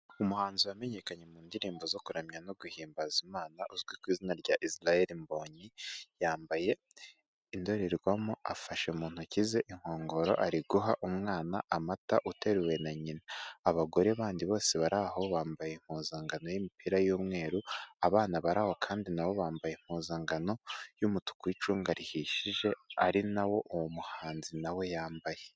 Umuhanzi wamenyekanye mu ndirimbo zo kuramya no guhimbaza imana, uzwi ku izina rya lsrael MBONYI, yambaye indorerwamo afashe mu ntoki ze inkongoro ari guha umwana amata uteruwe na nyina, abagore bandi bose bari aho bambaye impuzankano y'imipira y'umweru, abana baraho kandi nabo bambaye impuzankano y'umutuku w'icunga rihishije, ari nawo uwo umuhanzi nawe yambaye.